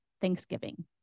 Thanksgiving